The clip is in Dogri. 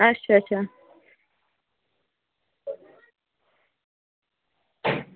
अच्छा अच्छा